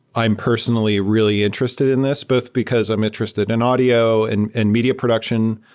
i'm personally really interested in this, both because i'm interested in audio and and media production,